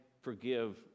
forgive